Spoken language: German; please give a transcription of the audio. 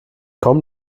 komm